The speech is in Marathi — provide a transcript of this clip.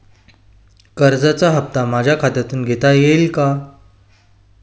कर्जाचा हप्ता माझ्या खात्यातून घेण्यात येईल का?